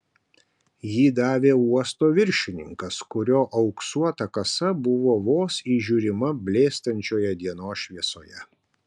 jį davė uosto viršininkas kurio auksuota kasa buvo vos įžiūrima blėstančioje dienos šviesoje